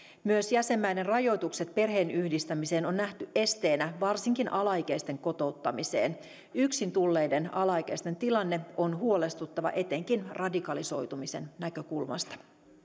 myös jäsenmaiden rajoitukset perheenyhdistämiseen on nähty esteenä varsinkin alaikäisten kotouttamiseen yksin tulleiden alaikäisten tilanne on huolestuttava etenkin radikalisoitumisen näkökulmasta